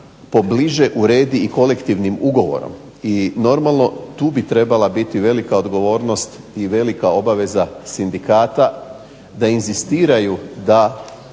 pobliže uredi i kolektivnim ugovorom. I normalno tu bi trebala biti velika odgovornost i velika obveza sindikata da inzistiraju da